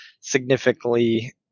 significantly